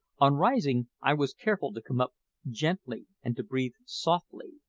on rising, i was careful to come up gently and to breathe softly,